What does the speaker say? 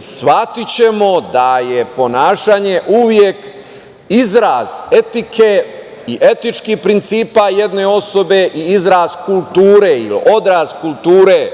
shvatićemo da je ponašanje uvek izraz etike i etičkih principa jedne osobe i izraz kulture ili odraz kulture